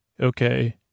Okay